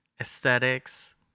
aesthetics